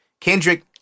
Kendrick